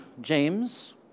James